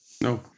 No